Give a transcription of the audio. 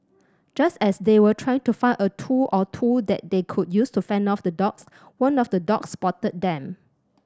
just as they were trying to find a tool or two that they could use to fend off the dogs one of the dogs spotted them